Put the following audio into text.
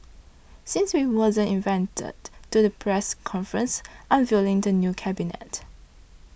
since we wasn't invented to the press conference unveiling the new cabinet